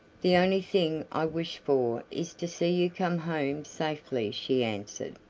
the only thing i wish for is to see you come home safely, she answered.